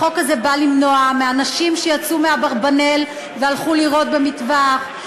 החוק הזה בא למנוע מאנשים שיצאו מאברבנאל והלכו לירות במטווח,